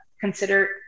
consider